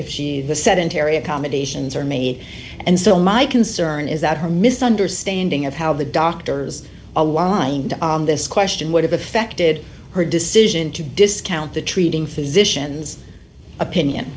if she the sedentary accommodations are made and so my concern is that her misunderstanding of how the doctors aligned on this question would have affected her decision to discount the treating physicians opinion